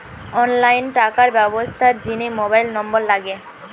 online টাকার ব্যবস্থার জিনে মোবাইল নম্বর লাগে